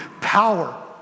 power